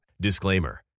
Disclaimer